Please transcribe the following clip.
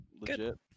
legit